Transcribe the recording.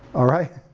alright?